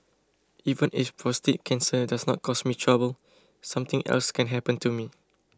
even if prostate cancer does not cause me trouble something else can happen to me